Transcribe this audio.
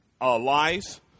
Lies